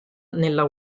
nella